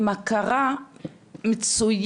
עם הכרה מצוינת,